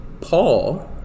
Paul